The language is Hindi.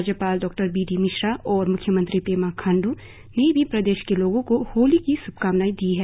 राज्यपाल डॉ बी डी मिश्रा और म्ख्यमंत्री पेमा खांडू ने भी प्रदेश के लोगों को होली की श्भकामनाएं दी है